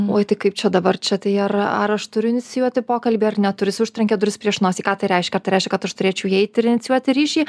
oj tai kaip čia dabar čia tai yra ar aš turiu inicijuoti pokalbį ar neturiu jis užtrenkė duris prieš nosį ką tai reiškia ar tai reiškia kad aš turėčiau eiti ir inicijuoti ryšį